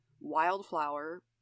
Wildflower